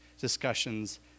discussions